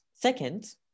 second